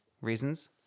reasons